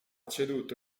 ceduto